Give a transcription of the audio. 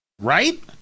Right